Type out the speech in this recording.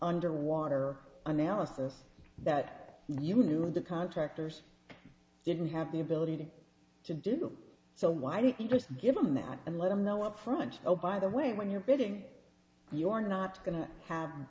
underwater analysis that you knew of the contractors didn't have the ability to do so why don't you just give them that and let them know upfront oh by the way when you're bidding you're not going to have